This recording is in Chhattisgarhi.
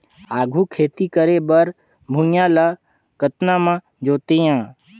आघु खेती करे बर भुइयां ल कतना म जोतेयं?